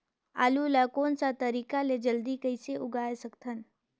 आलू ला कोन सा तरीका ले जल्दी कइसे उगाय सकथन?